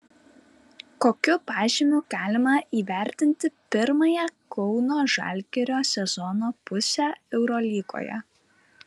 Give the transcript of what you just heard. kokiu pažymiu galima įvertinti pirmąją kauno žalgirio sezono pusę eurolygoje